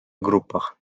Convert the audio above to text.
группах